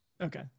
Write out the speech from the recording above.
Okay